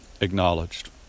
acknowledged